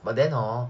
but then hor